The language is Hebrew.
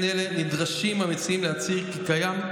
אלה נדרשים המציעים להצהיר כי קיים,